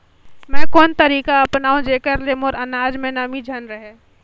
मैं कोन कस तरीका अपनाओं जेकर से मोर अनाज म नमी झन रहे?